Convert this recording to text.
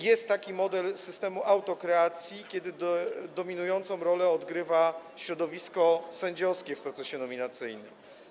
Jest model systemu autokreacji, kiedy dominującą rolę odgrywa środowisko sędziowskie w procesie nominacyjnym.